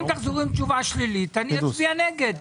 אם תחזרו עם תשובה שלילית, אני אצביע נגד.